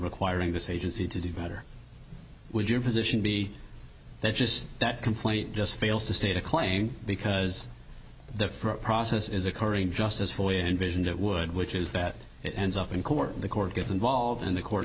requiring this agency to do better would your position be that just that complaint just fails to state a claim because the process is occurring just as fully envisioned it would which is that it ends up in court the court gets involved in the court